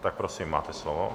Tak prosím, máte slovo.